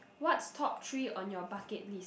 what's top three on your bucket list